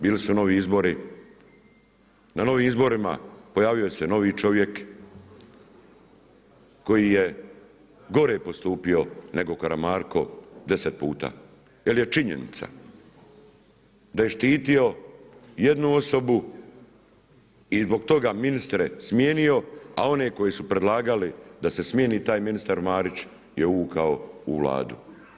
Bili su novi izbori, na novim izborima pojavio se novi čovjek koji je gore postupio nego Karamarko deset puta jel je činjenica da je štitio jednu osobu i zbog toga ministre smijenio, a one koji su predlagali da se smijeni taj ministar Marić je uvukao u Vladu.